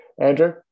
Andrew